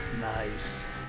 Nice